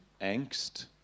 angst